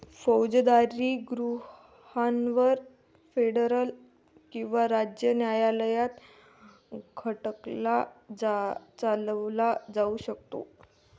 फौजदारी गुन्ह्यांवर फेडरल किंवा राज्य न्यायालयात खटला चालवला जाऊ शकतो